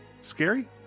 scary